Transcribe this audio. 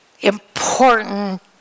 important